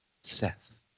Seth